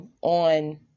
on